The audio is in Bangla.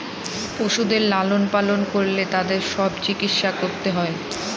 পশুদের লালন পালন করলে তাদের সব চিকিৎসা করতে হয়